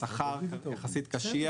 שכר, יחסית קשיח.